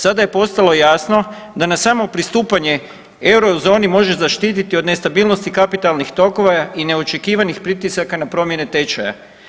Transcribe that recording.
Sada je postalo jasno da na samo pristupanje euro zoni može zaštititi od nestabilnosti kapitalnih tokova i neočekivanih pritisaka na promjene tečaja.